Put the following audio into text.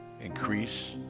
increase